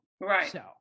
Right